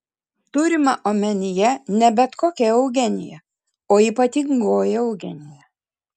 turima omenyje ne bet kokia eugenija o ypatingoji eugenija